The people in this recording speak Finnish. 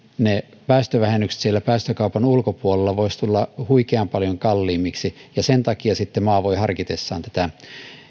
ne päästövähennykset siellä päästökaupan ulkopuolella voisivat tulla huikean paljon kalliimmiksi ja sen takia sitten maa voi harkitessaan tätä